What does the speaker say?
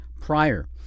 prior